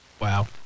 Wow